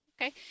Okay